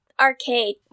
arcade